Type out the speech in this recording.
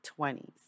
20s